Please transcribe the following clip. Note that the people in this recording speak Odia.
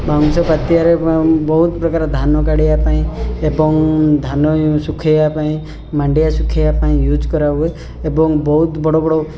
ବାଉଁଶ ପାତିଆରେ ବହୁତ ପ୍ରକାର ଧାନ କାଢ଼ିବା ପାଇଁ ଏବଂ ଧାନ ଶୁଖେଇବା ପାଇଁ ମାଣ୍ଡିଆ ଶୁଖାଇବା ପାଇଁ ୟୁଜ୍ କରାହୁଏ ଏବଂ ବହୁତ ବଡ଼ ବଡ଼